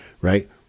right